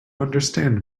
understand